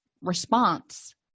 response